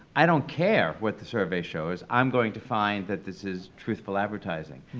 i don't care what the survey shows. i'm going to find that this is truthful advertising.